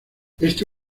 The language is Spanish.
este